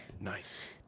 Nice